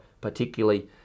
particularly